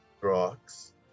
Rocks